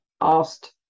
asked